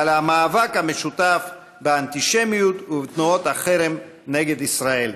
והמאבק המשותף באנטישמיות ובתנועות החרם נגד ישראל.